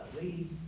lead